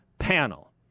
panel